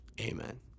amen